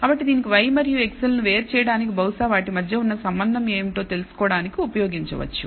కాబట్టి దానిని y మరియు x లను వేరు చేయడానికిబహుశా వాటిమధ్య ఉన్న సంబంధం ఏమిటో తెలుసుకోవడానికి ఉపయోగించవచ్చు